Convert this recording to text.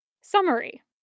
Summary